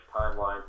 timeline